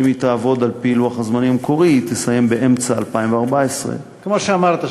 אם היא תעבוד על-פי לוח הזמנים המקורי היא תסיים באמצע 2014. כמו שאמרת,